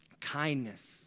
kindness